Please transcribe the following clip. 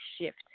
shift